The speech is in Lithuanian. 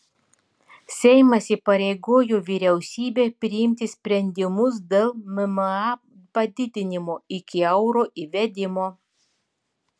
seimas įpareigojo vyriausybę priimti sprendimus dėl mma padidinimo iki euro įvedimo